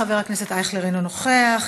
חבר הכנסת אייכלר, אינו נוכח.